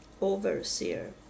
overseer